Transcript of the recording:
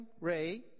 Ray